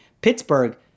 Pittsburgh